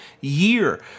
year